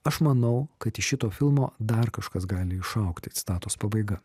aš manau kad iš šito filmo dar kažkas gali išaugti citatos pabaiga